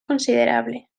considerable